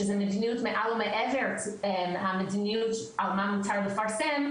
שזה מדיניות מעל ומעבר המדיניות על מה מותר לפרסם,